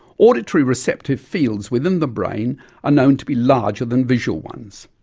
auditory receptive fields within the brain are known to be larger than visual ones.